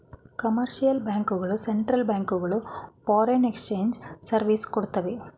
commercial bank ಗಳು central bank ಗಳು foreign exchange service ಕೊಡ್ತವೆ